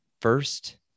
first